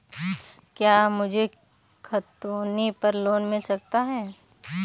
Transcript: क्या मुझे खतौनी पर लोन मिल सकता है?